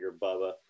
Bubba